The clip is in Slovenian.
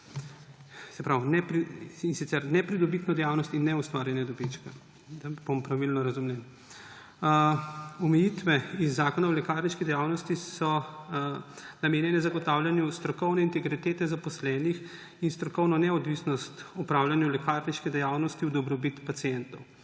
interes in nepridobitno dejavnost ter neustvarjanje dobička. Da bom pravilno razumljen. Omejitve iz Zakona o lekarniški dejavnosti so namenjene zagotavljanju strokovne integritete zaposlenih in strokovno neodvisnost opravljanja lekarniške dejavnosti v dobrobit pacientov.